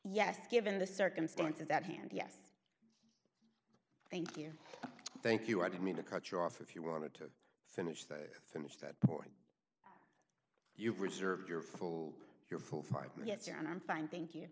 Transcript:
yes given the circumstances that happened yes thank you thank you i didn't mean to cut you off if you wanted to finish they finished that point you preserve your full your full five minutes and i'm fine thank you